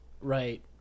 right